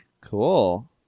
Cool